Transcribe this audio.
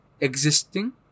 Existing